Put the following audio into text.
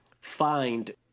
find